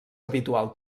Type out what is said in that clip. habitual